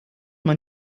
man